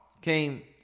came